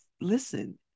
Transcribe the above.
listen